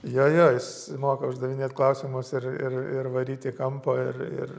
jo jo jis moka uždavinėt klausimus ir ir ir varyt į kampo ir ir